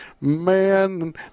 Man